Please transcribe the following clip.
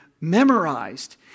memorized